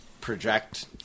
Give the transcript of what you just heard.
project